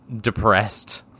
depressed